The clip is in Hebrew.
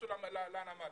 נכנסו לנמל.